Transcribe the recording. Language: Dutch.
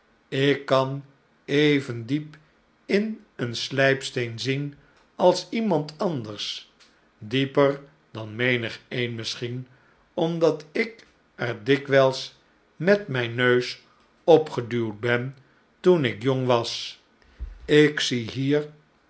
ik kan even diep in een slijpsteen zien als iemand anders dieper dan menigeen misschien omdat ik er dikwijls met mijn neus opgeduwd ben toen ik jongwas ik zie hier